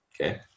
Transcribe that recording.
okay